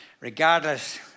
regardless